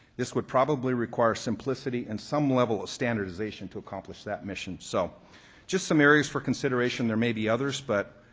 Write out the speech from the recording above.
this would probably require simplicity and some level of standardization to accomplish that mission. so just some areas for consideration. there may be others, but